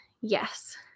Yes